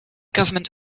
government